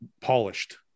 polished